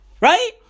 Right